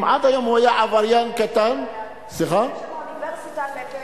אם עד היום הוא היה עבריין קטן --- יש שם אוניברסיטה לפשע.